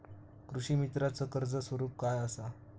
कृषीमित्राच कर्ज स्वरूप काय असा?